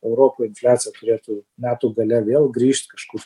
europoj infliacija turėtų metų gale vėl grįžt kažkur